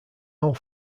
all